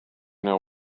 know